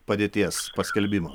padėties paskelbimo